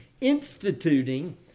instituting